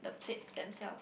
the plates themselves